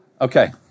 Okay